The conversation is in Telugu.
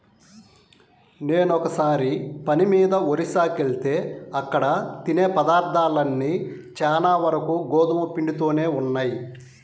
నేనొకసారి పని మీద ఒరిస్సాకెళ్తే అక్కడ తినే పదార్థాలన్నీ చానా వరకు గోధుమ పిండితోనే ఉన్నయ్